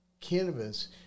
cannabis